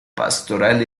pastoral